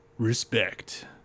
Respect